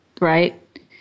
right